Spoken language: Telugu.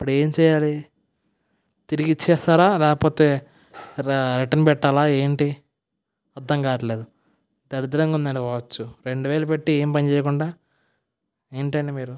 ఇప్పుడు ఏం చెయ్యాలి తిరిగి ఇచ్చేస్తారా లేకపోతే రిటర్న్ పెట్టాలా ఏంటి అర్థంకాలేదు దరిద్రంగా ఉందండి వాచ్ రెండు వేల పెట్టి ఏం పని చెయ్యకుండా ఏంటండీ మీరు